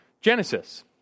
Genesis